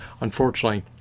Unfortunately